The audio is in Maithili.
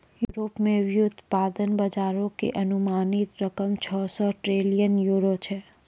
यूरोप मे व्युत्पादन बजारो के अनुमानित रकम छौ सौ ट्रिलियन यूरो छै